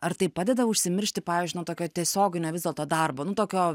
ar tai padeda užsimiršti pavyzdžiui nuo tokio tiesioginio vis dėlto darbo nu tokio